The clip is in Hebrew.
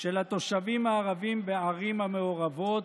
של התושבים הערבים בערים המעורבות,